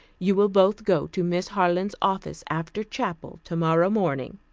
you will both go to miss harland's office after chapel tomorrow morning.